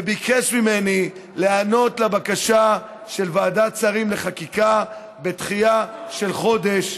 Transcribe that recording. וביקש ממני להיענות לבקשה של ועדת שרים לחקיקה לדחייה של חודש,